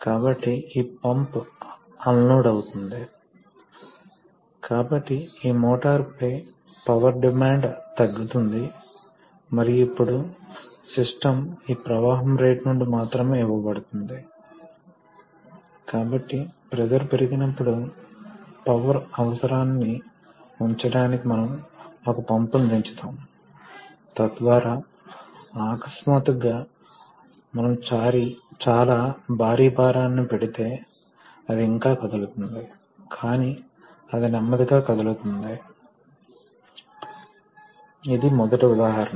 కాబట్టి mechanical power ఏ area అయినా P x Q F x V P x Q కాబట్టి ఎనర్జీ కన్సర్వ్ అవుతుంది మరియు ఎటువంటి వైరుధ్యం లేదు కాబట్టి వాస్తవానికి ఏమి జరగబోతోంది అంటే మనం ఏ ప్రవాహ రేటును బట్టి బహుశా చాలా ఎక్కువ ఫోర్స్ ని అందించగలము అనేదానిపై ఆధారపడి మనం చాలా ఎక్కువ ఫోర్స్ ని సృష్టించగలము అయితే అదే సమయంలో చాలా ఎక్కువ ఫోర్స్ ఆ లోడ్ ని కదిలించడానికి అవసరం రేటు నెమ్మది అవుతుంది కాబట్టి ఎనర్జీ ఆందోళన కన్సర్వ్ అవుతుంది అది ప్రాథమిక వాస్తవం